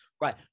right